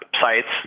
sites